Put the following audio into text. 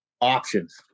Options